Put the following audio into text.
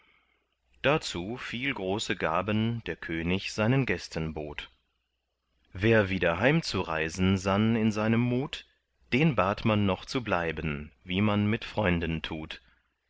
dazu viel große gaben der könig seinen gästen bot wer wieder heimzureisen sann in seinem mut den bat man noch zu bleiben wie man mit freunden tut